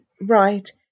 right